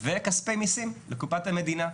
וכספי מיסים לקופת המדינה.